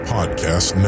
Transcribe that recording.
Podcast